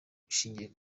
kuki